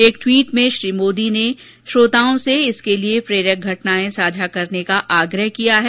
एक ट्वीट में श्री मोदी ने लोगों से इसके लिए प्रेरक घटनाए साझा करने का आग्रह किया है